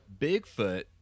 Bigfoot